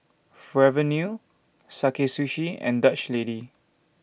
Forever New Sakae Sushi and Dutch Lady